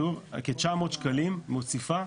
שוב, כ-900 שקלים מוסיפה.